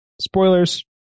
spoilers